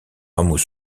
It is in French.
rameaux